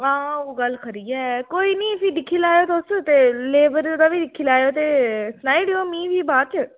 हां ओह् गल्ल खरी ऐ कोई निं फ्ही दिक्खी लैएओ तुस ते लेबर दा बी दिक्खी लैएओ ते सनाई ओड़ेओ मिगी बी बाद च